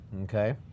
okay